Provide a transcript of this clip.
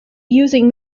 using